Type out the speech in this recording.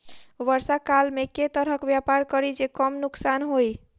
वर्षा काल मे केँ तरहक व्यापार करि जे कम नुकसान होइ?